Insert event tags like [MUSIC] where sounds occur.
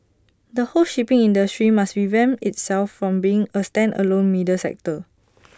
the whole shipping industry must revamp itself from being A standalone middle sector [NOISE]